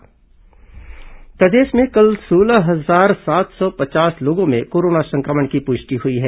corona मरीज प्रदेश में कल सोलह हजार सात सौ पचास लोगों में कोरोना संक्रमण की पुष्टि हुई है